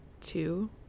two